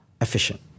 efficient